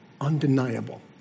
undeniable